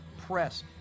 press